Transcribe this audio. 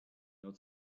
not